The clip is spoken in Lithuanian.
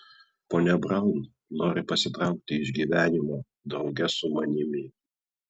ponia braun nori pasitraukti iš gyvenimo drauge su manimi